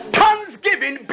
thanksgiving